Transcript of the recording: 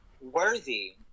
worthy